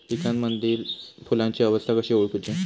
पिकांमदिल फुलांची अवस्था कशी ओळखुची?